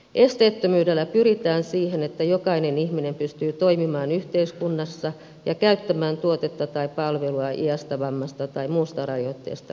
esteettömyydellä pyritään siihen että jokainen ihminen pystyy toimimaan yhteiskunnassa ja käyttämään tuotetta tai palvelua iästä vammasta tai muusta rajoitteesta huolimatta